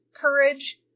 courage